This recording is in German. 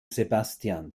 sebastian